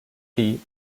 dir